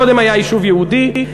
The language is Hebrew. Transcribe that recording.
קודם היה יישוב יהודי,